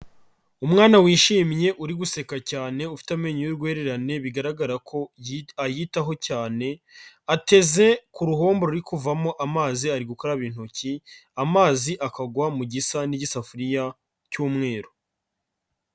Umwana wishimye uri guseka cyane, ufite amenyo y'urwererane bigaragara ko ayitaho cyane ateze ku ruhombo ruri kuvamo amazi ari gukaraba intoki amazi akagwa mu gisa n'isafuriya cy'umweru.